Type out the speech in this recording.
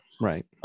Right